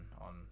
on